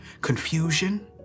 confusion